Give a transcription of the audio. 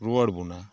ᱨᱩᱣᱟᱹᱲ ᱵᱚᱱᱟ